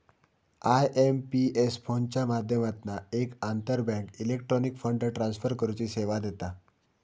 IMPS फोनच्या माध्यमातना एक आंतरबँक इलेक्ट्रॉनिक फंड ट्रांसफर करुची सेवा देता